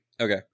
Okay